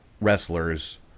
wrestlers